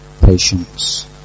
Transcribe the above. patience